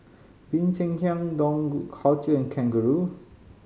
Bee Cheng Hiang Dough Culture and Kangaroo